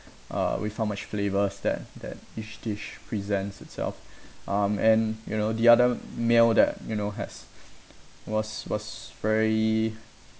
uh with how much flavours that that each dish presents itself um and you know the other meal that you know has was was very